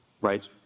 Right